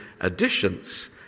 additions